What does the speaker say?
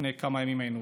לפני כמה ימים היינו